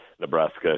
Nebraska